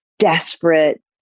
desperate